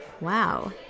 Wow